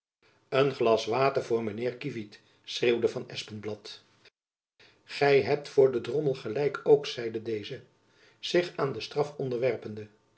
een glas water voor mijn heer kievit schreeuwde van espenblad gy hebt voor den drommel gelijk ook zeide deze zich aan de straf onderwerpende